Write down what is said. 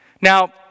Now